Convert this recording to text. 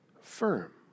firm